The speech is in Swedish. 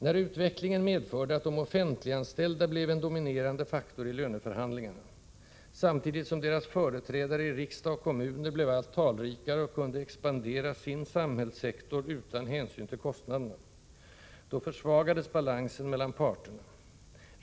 När utvecklingen medförde att de offentliganställda blev en dominerande faktor i löneförhandlingarna — samtidigt som deras företrädare i riksdag och kommuner blev allt talrikare och kunde expandera sin samhällssektor utan hänsyn till kostnaderna — då försvagades balansen mellan parterna.